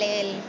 el